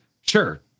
Sure